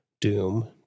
Doom